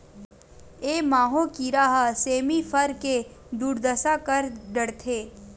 ए माहो कीरा ह सेमी फर के दुरदसा कर डरथे